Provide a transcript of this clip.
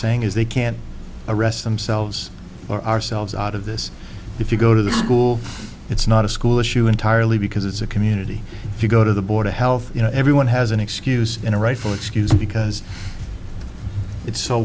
saying is they can't arrest themselves or ourselves out of this if you go to the school it's not a school issue entirely because it's a community if you go to the board of health you know everyone has an excuse in a rightful excuse because it's so